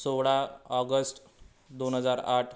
सोळा ऑगस्ट दोन हजार आठ